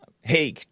Hey